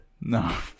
No